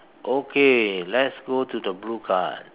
okay let's go to the blue card